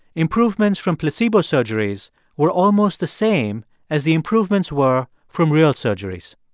improvements from placebo surgeries were almost the same as the improvements were from real surgeries.